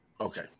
Okay